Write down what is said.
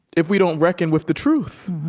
if we don't reckon with the truth?